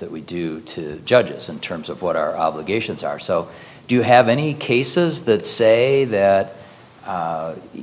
that we do to judges in terms of what our obligations are so do you have any cases that say that